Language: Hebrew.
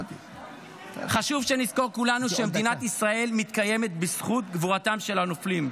חשוב שנזכור כולנו שמדינת ישראל מתקיימת בזכות גבורתם של הנופלים.